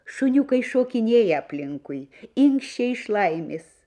šuniukai šokinėja aplinkui inkščia iš laimės